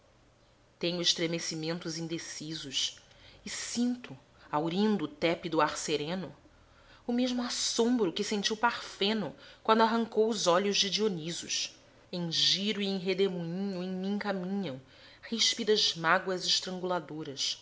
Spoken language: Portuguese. tenho estremecimentos indecisos e sinto haurindo o tépido ar sereno o mesmo assombro que sentiu parfeno quando arrancou os olhos de dionisos em giro e em redemoinho em mim caminham ríspidas mágoas estranguladoras tais